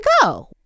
go